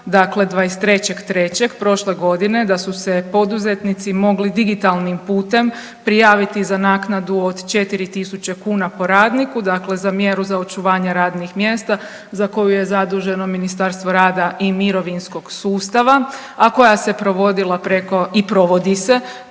dakle 23. 03. prošle godine da su se poduzetnici mogli digitalnim putem prijaviti za naknadu od 4 tisuće kuna po radniku dakle za mjeru za očuvanje radnih mjesta za koju je zaduženo Ministarstvo rada i mirovinskog sustava, a koja se provodila preko i provodi se